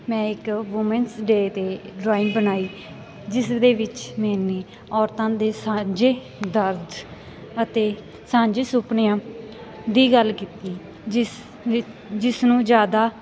ਮੈਂ ਇੱਕ women's day 'ਤੇ ਡਰਾਇੰਗ ਬਣਾਈ ਜਿਸ ਦੇ ਵਿੱਚ ਮੈਨੇ ਔਰਤਾਂ ਦੇ ਸਾਂਝੇ ਦਰਦ ਅਤੇ ਸਾਂਝੇ ਸੁਪਨਿਆਂ ਦੀ ਗੱਲ ਕੀਤੀ ਜਿਸ ਵਿੱਚ ਜਿਸ ਨੂੰ ਜ਼ਿਆਦਾ